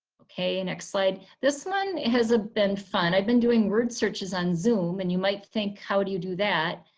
okay and next slide. this one has ah been fun. i've been doing word searches on zoom and you might think how do you do that?